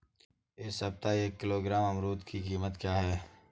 इस सप्ताह एक किलोग्राम अमरूद की कीमत क्या है?